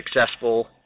successful